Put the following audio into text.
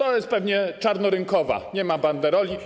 Ona jest pewnie czarnorynkowa, nie ma banderoli.